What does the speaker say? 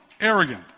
arrogant